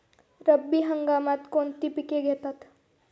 रब्बी हंगामात कोणती पिके घेतात?